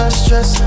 stress